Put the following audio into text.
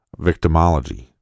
victimology